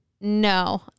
No